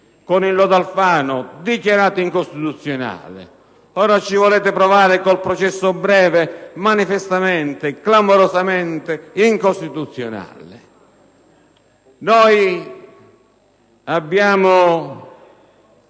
con il lodo Alfano, dichiarati anch'essi incostituzionali; ora ci volete provare con il processo breve, manifestamente e clamorosamente incostituzionale! Noi abbiamo